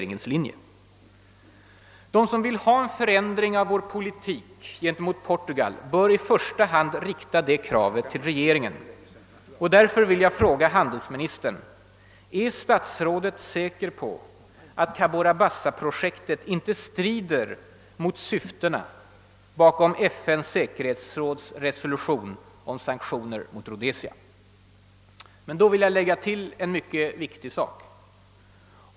De som vill ha till stånd en förändring av vår politik gentemot Portugal bör i första hand rikta dessa krav till regeringen. Därför vill jag fråga handelsministern: Är statsrådet säker på att Cabora Bassa-projektet inte strider mot syftena bakom FN:s säkerhetsråds resolution om sanktioner mot Rhodesia? Men då vill jag lägga till en mycket viktig sak.